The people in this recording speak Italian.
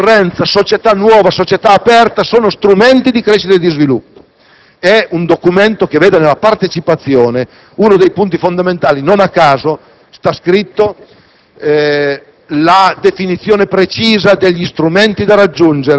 È un DPEF moderno: liberalizzazioni, concorrenza, società nuova, società aperta sono strumenti di crescita e di sviluppo. È un Documento che vede nella partecipazione uno dei punti fondamentali. Non a caso è scritto